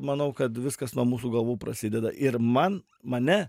manau kad viskas nuo mūsų galvų prasideda ir man mane